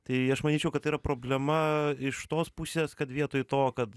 tai aš manyčiau kad tai yra problema iš tos pusės kad vietoj to kad